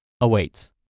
awaits